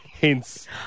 Hence